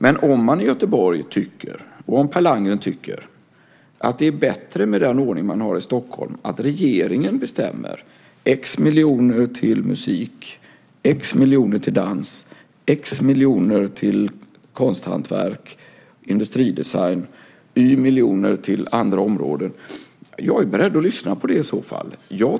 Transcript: Men om man i Göteborg tycker, och om Per Landgren tycker, att det är bättre med den ordning som man har i Stockholm, det vill säga att regeringen bestämmer att X miljoner ska gå till musik, att X miljoner ska gå till dans, att X miljoner ska gå till konsthantverk och industridesign och att Y miljoner ska gå till andra områden, är jag beredd att lyssna på det i så fall.